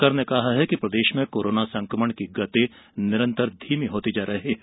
राज्य सरकार ने कहा है कि प्रदेश में कोरोना संक्रमण की गति निरंतर धीमी होती जा रही है